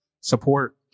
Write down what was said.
support